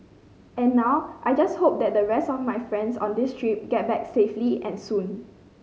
and now I just hope that the rest of my friends on this trip get back safely and soon